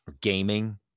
gaming